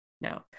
no